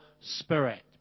spirit